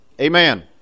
Amen